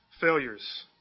failures